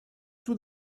tout